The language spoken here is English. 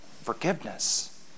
forgiveness